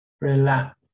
relax